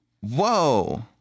Whoa